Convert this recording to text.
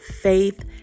faith